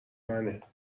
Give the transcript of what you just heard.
منه